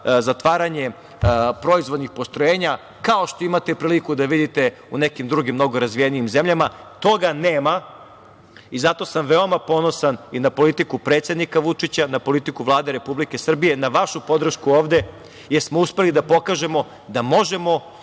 zatvaranje proizvoljnih postrojenja, kao što imate priliku da vidite u nekim drugim mnogo razvijenijim zemljama. Toga nema i zato sam veoma ponosan i na politiku predsednika Vučića, na politiku Vlade Republike Srbije, na vašu podršku ovde, jer smo uspeli da pokažemo da možemo